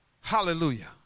hallelujah